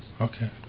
Okay